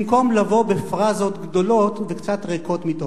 במקום לבוא בפראזות גדולות וקצת ריקות מתוכן.